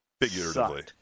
figuratively